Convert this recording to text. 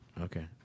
Okay